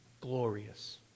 glorious